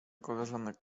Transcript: koleżanek